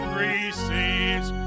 receives